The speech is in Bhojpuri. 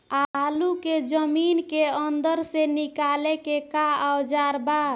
आलू को जमीन के अंदर से निकाले के का औजार बा?